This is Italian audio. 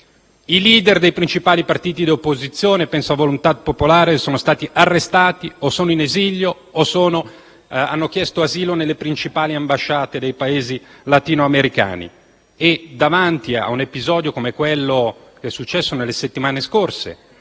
i *leader* dei principali partiti di opposizione - penso a Volontà Popolare - sono stati arrestati o sono in esilio o hanno chiesto asilo nelle principali ambasciate dei Paesi latino-americani. Credo dunque che, davanti ad un episodio come quello che è accaduto nelle settimane scorse,